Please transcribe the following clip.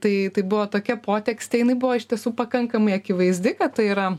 ir tai tai buvo tokia potekstė jinai buvo iš tiesų pakankamai akivaizdi kad tai yra